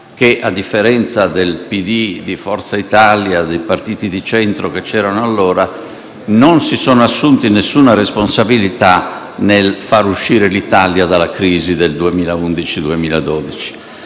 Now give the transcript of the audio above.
che, a differenza del PD, di Forza Italia e dei partiti di centro che c'erano allora, non si sono assunti alcuna responsabilità nel far uscire l'Italia dalla crisi del 2011-2012.